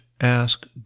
ask